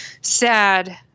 sad